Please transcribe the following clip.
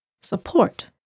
Support